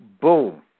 boom